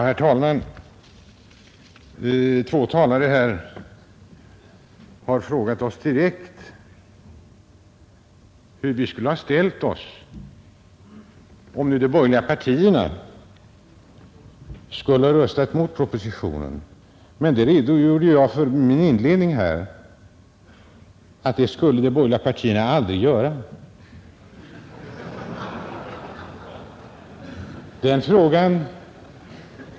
Herr talman! Två talare här har frågat oss direkt hur vi skulle ha ställt oss om nu de borgerliga partierna hade röstat mot propositionen. Jag redogjorde i min inledning här tidigare för den frågan.